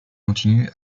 continue